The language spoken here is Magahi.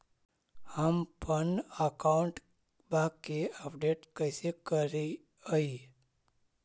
हमपन अकाउंट वा के अपडेट कैसै करिअई?